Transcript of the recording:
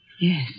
Yes